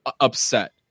upset